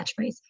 catchphrase